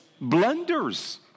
blunders